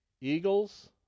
Eagles